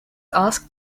asked